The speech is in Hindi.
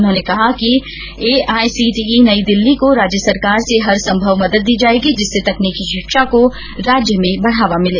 उन्होंने कहा कि एआसीटीई नई दिल्ली को राज्य सरकार से हर संभव मदद दी जाएगी जिससे तकनीकी शिक्षा को राज्य में बढ़ावा मिले